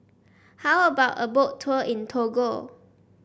how about a Boat Tour in Togo